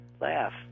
laugh